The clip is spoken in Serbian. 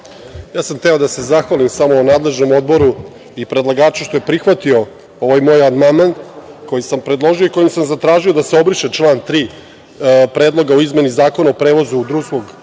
Ja sam hteo samo da se zahvalim nadležnom odboru i predlagaču što je prihvatio ovaj moj amandman koji sam predložio i kojim sam zatražio da se obriše član 3. Predloga o izmeni Zakona o prevozu putnika